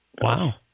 wow